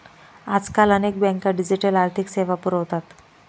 आजकाल अनेक बँका डिजिटल आर्थिक सेवा पुरवतात